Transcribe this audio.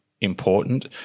important